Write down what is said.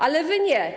Ale wy nie.